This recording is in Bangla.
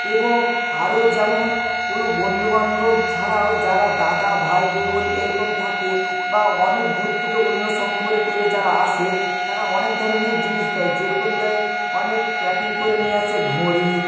এবং আরও যেমন কোনো বন্ধু বান্ধব ছাড়াও যারা দাদা ভাই বোন এরকম থাকে বা অনেক দূর থেকে অন্য সম্পর্কের যারা আসে তারা অনেক ধরনের জিনিস দেয় যেরকম দেয় অনেক প্যাকিং করে নিয়ে আসে ঘড়ি